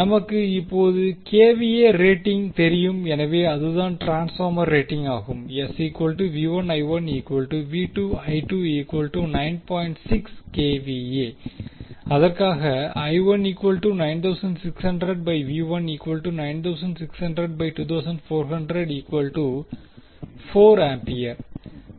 நமக்கு இப்போது KVA rating தெரியும் எனவே அதுதான் ட்ரான்ஸ்பார்மர் ரேட்டிங் ஆகும் அதற்காக